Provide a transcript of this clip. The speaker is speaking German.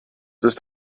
ist